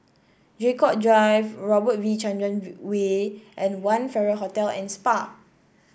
Draycott Drive Robert V Chandran Way and One Farrer Hotel and Spa